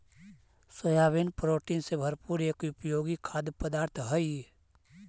soybean protein से भरपूर एक उपयोगी खाद्य पदार्थ हई